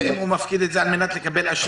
זה אם הוא מפקיד את זה על מנת לקבל אשראי.